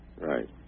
Right